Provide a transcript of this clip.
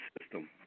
system